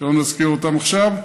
שלא נזכיר אותם עכשיו.